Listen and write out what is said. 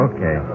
Okay